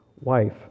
wife